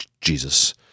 Jesus